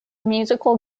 musical